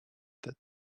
that